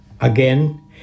again